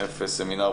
אישיים.